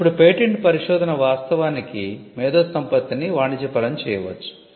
ఇప్పుడు పేటెంట్ పరిశోధన వాస్తవానికి మేధోసంపత్తిని వాణిజ్యపరం చేయవచ్చు